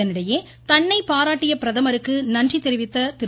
இதனிடையே தன்னை பாராட்டிய பிரதமருக்கு நன்றி தெரிவித்த திரு